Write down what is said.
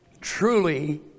truly